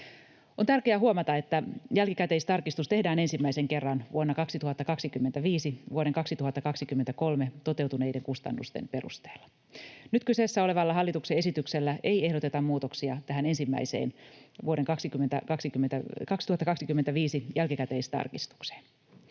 On tärkeää huomata, että jälkikäteistarkistus tehdään ensimmäisen kerran vuonna 2025 vuoden 2023 toteutuneiden kustannusten perusteella. Nyt kyseessä olevalla hallituksen esityksellä ei ehdoteta muutoksia tähän ensimmäiseen vuoden 2025 jälkikäteistarkistukseen.